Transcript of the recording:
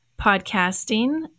podcasting